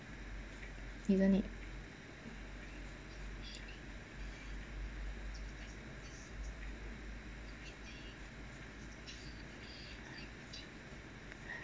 isn't it